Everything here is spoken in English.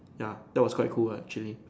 ya that was quite cool lah actually